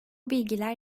bilgiler